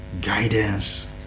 Guidance